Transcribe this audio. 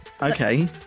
Okay